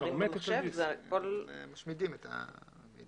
משמידים את המידע.